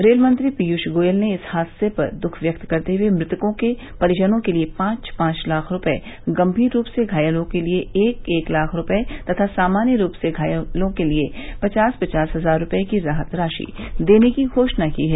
rail मंत्री पीयूष गोयल ने इस हादसे पर दुःख व्यक्त करते हुए मृतकों के परिजनों के लिए पांच पांच लाख रूपये गंभीर रूप से घायलों के लिए एक एक लाख रूपये तथा सामान्य रूप से घायलों के लिए पवास पवास हजार रूपये की राहत राशि देने की घोषणा की है